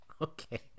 Okay